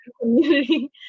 community